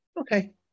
Okay